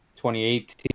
2018